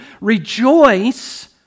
Rejoice